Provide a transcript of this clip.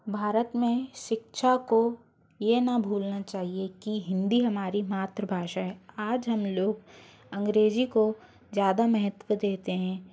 भारत में शिक्षा को ये ना भूलना चाहिए कि हिंदी हमारी मात्रभाषा है आज हम लोग अंग्रेज़ी को ज़्यादा महत्व देते हैं